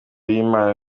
y’imana